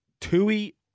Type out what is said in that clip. Tui